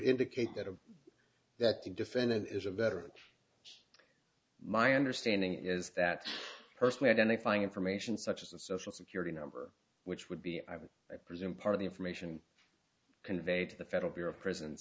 indicate that of that the defendant is a veteran my understanding is that person identifying information such as a social security number which would be i would i presume part of the information conveyed to the federal